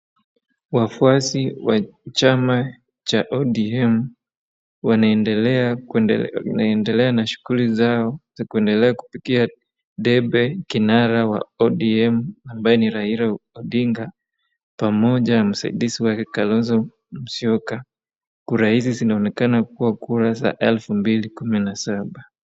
Wafuasi wa chama cha ODM wanaendelea na shughuli zao za kuendelea kupigia debe kinara wa ODM ambaye ni Raila Odinga pamoja na msaidizi wa Kalonzo Musyoka , kura hizi zinaonekana kuwa kura za elfu mbili kumi na saba .